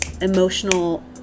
emotional